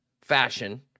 fashion